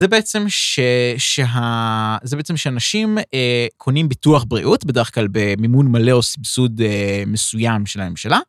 זה בעצם שאנשים קונים ביטוח בריאות, בדרך כלל במימון מלא או סבסוד מסוים של הממשלה.